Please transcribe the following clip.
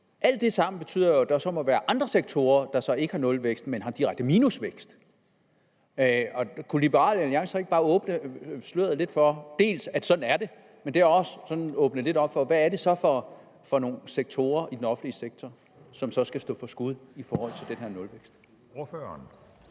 Alt det tilsammen betyder jo, at der må være andre sektorer, der så ikke har nulvækst, men har direkte minusvækst. Kunne Liberal Alliance ikke bare løfte sløret lidt for, dels at sådan er det, dels løfte sløret lidt for, hvad det så er for nogle sektorer i den offentlige sektor, som skal stå for skud i forhold til den her nulvækst?